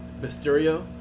Mysterio